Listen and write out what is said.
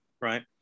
right